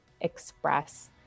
express